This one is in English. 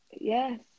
Yes